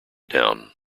down